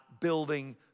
building